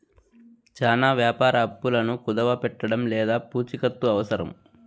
చానా వ్యాపార అప్పులను కుదవపెట్టడం లేదా పూచికత్తు అవసరం